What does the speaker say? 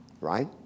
Right